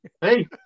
Hey